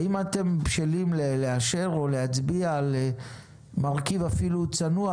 האם אתם בשלים להביא להצבעה על מרכיב צנוע